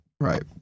Right